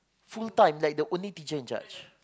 full-time like the only teacher-in-charge